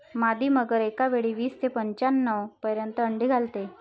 मादी मगर एकावेळी वीस ते पंच्याण्णव पर्यंत अंडी घालते